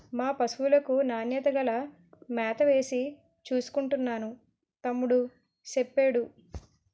మా పశువులకు నాణ్యత గల మేతవేసి చూసుకుంటున్నాను తమ్ముడూ సెప్పేడు